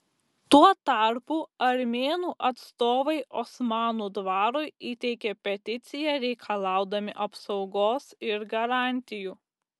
tuo tarpu armėnų atstovai osmanų dvarui įteikė peticiją reikalaudami apsaugos ir garantijų